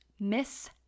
miss